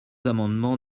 amendements